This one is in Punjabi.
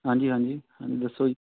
ਹਾਂਜੀ ਹਾਂਜੀ ਹਾਂਜੀ ਦੱਸੋ